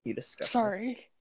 Sorry